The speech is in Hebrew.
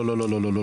לא.